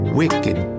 wicked